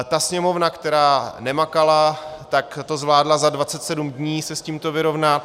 Ta Sněmovna, která nemakala, to zvládla za 27 dní se s tímto vyrovnat.